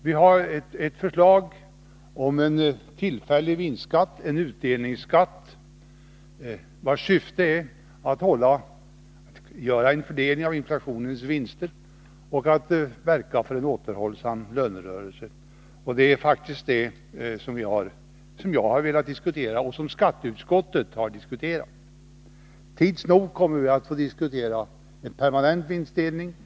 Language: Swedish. Vi har ett förslag om en tillfällig vinstskatt, en utdelningsskatt, vars syfte är att göra en fördelning av inflationens vinster och verka för en återhållsam lönerörelse. Det är faktiskt det som jag har velat diskutera och som skatteutskottet har diskuterat. Tids nog kommer vi att få diskutera en permanent vinstdelning.